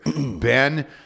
Ben